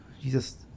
jesus